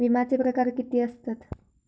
विमाचे प्रकार किती असतत?